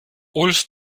ulf